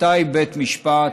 מתי בית משפט